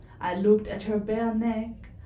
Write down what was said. i looked at her bare neck,